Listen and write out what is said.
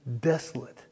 desolate